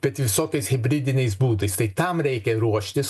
bet visokiais hibridiniais būdais tai tam reikia ruoštis